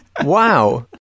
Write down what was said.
Wow